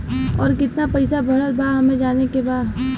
और कितना पैसा बढ़ल बा हमे जाने के बा?